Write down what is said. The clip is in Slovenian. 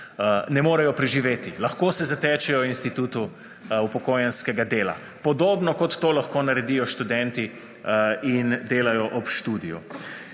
ne morejo preživeti. Lahko se zatečejo k institutu upokojenskega dela, podobno kot to lahko naredijo študenti in delajo ob študiju.